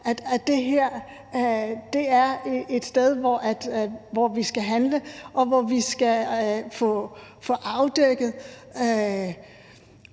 at det her er et sted, hvor vi skal handle, og hvor vi skal få afdækket